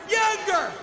younger